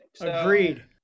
Agreed